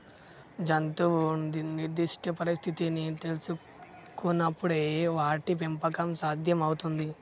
జంతువు నిర్దిష్ట పరిస్థితిని తెల్సుకునపుడే వాటి పెంపకం సాధ్యం అవుతుంది